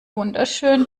wunderschön